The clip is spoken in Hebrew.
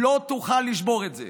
לא תוכל לשבור את זה.